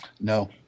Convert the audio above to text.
no